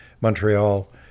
Montreal